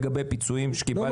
לגבי פיצויים שקיבלתם?